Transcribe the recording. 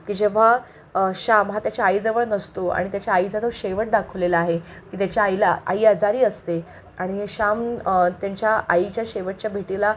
की जेव्हा श्याम हा त्याच्या आईजवळ नसतो आणि त्याच्या आईचा जो शेवट दाखवलेला आहे की त्याच्या आईला आई आजारी असते आणि श्याम त्यांच्या आईच्या शेवटच्या भेटीला